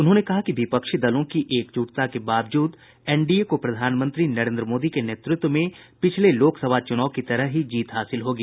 उन्होंने कहा कि विपक्षी दलों की एकजुटता के बावजूद एनडीए को प्रधानमंत्री नरेंद्र मोदी के नेतृत्व में पिछले लोक सभा चुनाव की तरह ही जीत हासिल होगी